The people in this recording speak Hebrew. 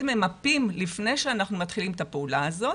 ממפים לפני שאנחנו מתחילים את הפעולה הזאת.